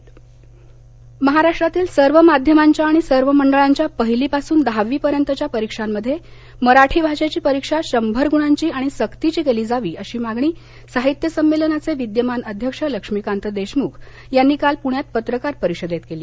मराठी महाराष्ट्रातील सर्व माध्यमांच्या आणि सर्व मंडळांच्या पहिलीपासून दहावीपर्यंतच्या परीक्षांमध्ये मराठी भाषेची परीक्षा शंभर गुणांची आणि सक्तीची केली जावी अशी मागणी साहित्य संमेलनाचे विद्यमान अध्यक्ष लक्ष्मीकांत देशमुख यांनी काल पुण्यात पत्रकार परिषदेत केली